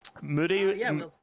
Moody